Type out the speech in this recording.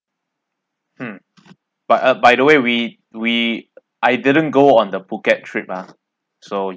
mm but uh by the way we we I didn't go on the phuket trip ah so